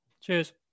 Cheers